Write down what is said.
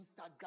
Instagram